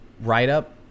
write-up